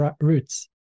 roots